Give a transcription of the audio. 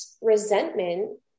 resentment